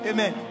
Amen